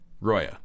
Roya